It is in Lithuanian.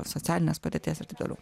socialinės padėties ir taip toliau